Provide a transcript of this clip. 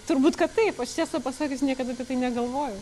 turbūt kad taip aš tiesą pasakius niekada negalvojau